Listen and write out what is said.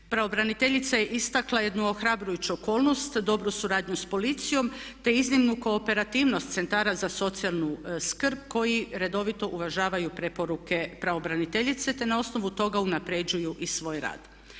Pravobraniteljica je istakla jednu ohrabrujuću okolnost, dobru suradnju s policijom te iznimno kooperativnost centara za socijalnu skrb koji redovito uvažavaju preporuke pravobraniteljice te na osnovu toga unapređuju i svoj rad.